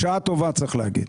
בשעה טובה, צריך להגיד.